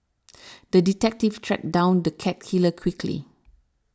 the detective tracked down the cat killer quickly